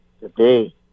today